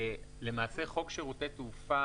למעשה חוק שירותי תעופה